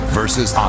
versus